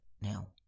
now